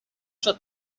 sua